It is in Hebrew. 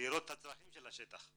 ולראות את הצרכים של השטח.